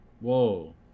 Whoa